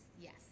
Yes